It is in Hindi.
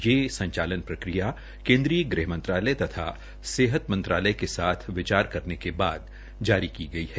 ये संचालन प्रक्रिया केन्द्रीय गृह मंत्रालय तथा सेहत मंत्रालय के साथ विचार करने के बाद जारी की गई है